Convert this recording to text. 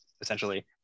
essentially